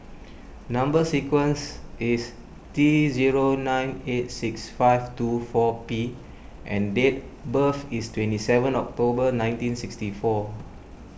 Number Sequence is T zero nine eight six five two four P and date birth is twenty seven October nineteen sixty four